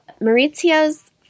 Maurizio's